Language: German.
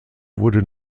wurde